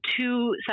two